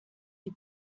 die